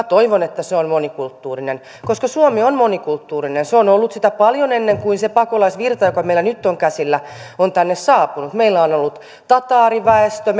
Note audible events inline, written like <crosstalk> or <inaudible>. <unintelligible> toivon että minun yleisradioni on monikulttuurinen koska suomi on monikulttuurinen se on on ollut sitä paljon ennen kuin se pakolaisvirta joka meillä nyt on käsillä on tänne saapunut meillä on ollut tataariväestö <unintelligible>